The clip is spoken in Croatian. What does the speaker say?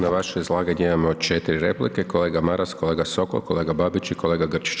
Na vaše izlaganje imamo 4 replike, kolega Maras, kolega Sokol, kolega Babić i kolega Grčić.